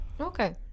okay